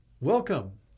Welcome